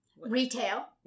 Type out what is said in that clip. Retail